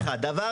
זה דבר אחד.